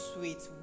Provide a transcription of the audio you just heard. sweet